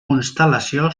constel·lació